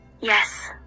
Yes